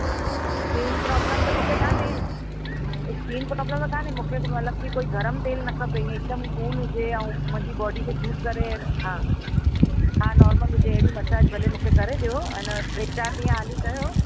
हा skin problem त मूंखे कान्हे हा स्कीन प्रोब्लम कान्हे मूंखे मतिलबु मूंखे कोई गरम तेलु न खपे इएं हिकदमि कूल हुजे ऐं मुंहिंजी बॉडी खे सूट करे हा हा नॉर्मल हुजे अहिड़ी मसाज भले मूंखे करे ॾियो इन टे चार ॾींहं हाली कयो